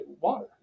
water